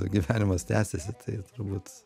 gyvenimas tęsiasi tai turbūt